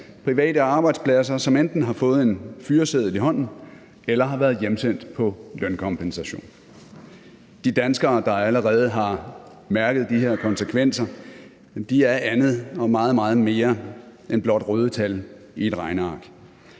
private arbejdspladser, som enten har fået en fyreseddel i hånden eller har været hjemsendt på lønkompensation. De danskere, der allerede har mærket de her konsekvenser, er andet og meget, meget mere end blot røde tal i et regneark.